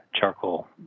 charcoal